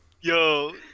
yo